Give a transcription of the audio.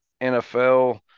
NFL –